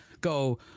go